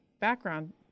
background